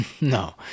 No